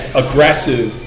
aggressive